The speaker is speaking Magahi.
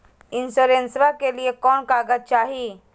इंसोरेंसबा के लिए कौन कागज चाही?